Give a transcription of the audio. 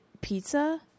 pizza